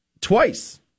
twice